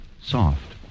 soft